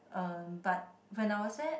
um but when I was there